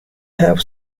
have